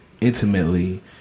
intimately